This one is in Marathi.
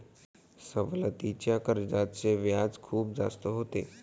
सवलतीच्या कर्जाचे व्याज खूप जास्त होते